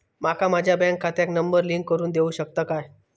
माका माझ्या बँक खात्याक नंबर लिंक करून देऊ शकता काय?